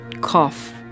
cough